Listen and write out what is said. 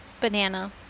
banana